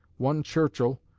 one churchill,